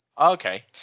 Okay